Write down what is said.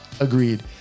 agreed